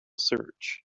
search